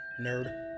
Nerd